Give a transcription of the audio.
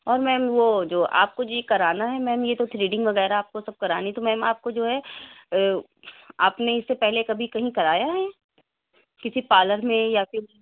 اور میم وہ جو آپ کو جی کرانا ہے میم یہ تو تھریڈنگ وغیرہ آپ کو سب کرانی تو میم آپ کو جو ہے آپ نے اِس سے پہلے کبھی کہیں کرایا ہے کسی پارلر میں یا پھر